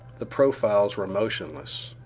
the profiles were motionless,